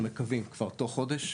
אנחנו מקווים כבר תוך חודש,